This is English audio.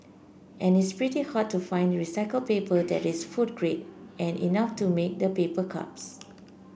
and it's pretty hard to find recycled paper that is food grade and enough to make the paper cups